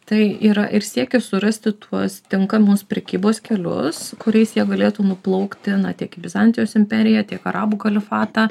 tai yra ir siekis surasti tuos tinkamus prekybos kelius kuriais jie galėtų nuplaukti na tiek į bizantijos imperiją tiek arabų kalifatą